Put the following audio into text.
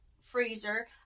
freezer